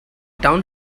town